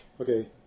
okay